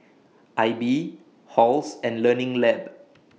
AIBI Halls and Learning Lab